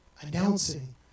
announcing